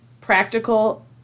practical